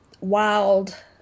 wild